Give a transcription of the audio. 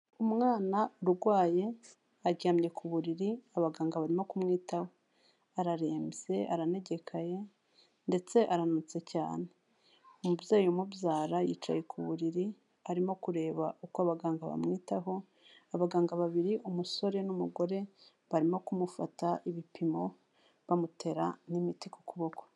Umwana urwaye, aryamye ku buriri, abaganga barimo kumwitaho, ararembye, aranegekaye ndetse arananutse cyane, umubyeyi umubyara yicaye ku buriri, arimo kureba uko abaganga bamwitaho, abaganga babiri umusore n'umugore barimo kumufata ibipimo, bamutera n'imiti ku kuboko.